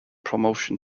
promotion